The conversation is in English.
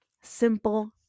simple